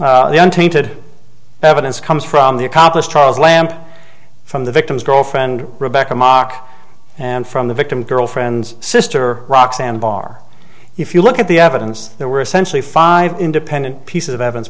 untainted evidence comes from the accomplice trials lampe from the victim's girlfriend rebecca mock and from the victim girlfriend's sister roxanne barr if you look at the evidence there were essentially five independent pieces of evidence